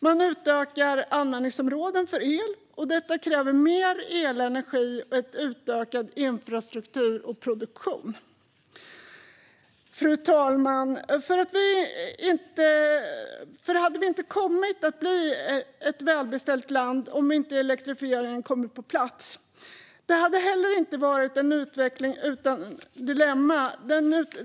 Man utökar användningsområdena för el, och detta kräver mer elenergi och en utökad infrastruktur och produktion. Fru talman! Vi hade inte blivit ett välbeställt land om inte elektrifieringen hade kommit på plats. Det har heller inte varit en utveckling utan dilemman.